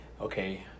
Okay